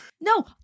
No